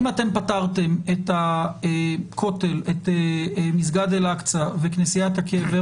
אם אתם פטרתם את מסגד אל אקצה וכנסיית הקבר